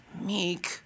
Meek